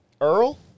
Earl